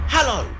Hello